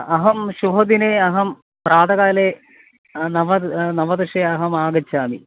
अहं शुभदिने अहं प्रातः काले नव नवदशे अहम् आगच्छामि